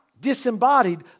disembodied